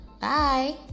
bye